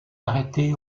arrêté